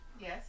Yes